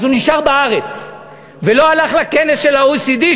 אז הוא נשאר בארץ ולא הלך לכנס של ה-OECD,